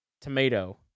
Tomato